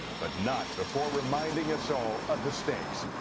but not before reminding us all of the stakes.